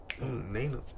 Nina